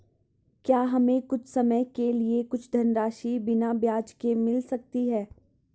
क्या हमें कुछ समय के लिए कुछ धनराशि बिना ब्याज के मिल सकती है?